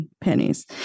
pennies